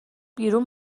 بیرون